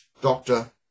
doctor